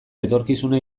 etorkizuna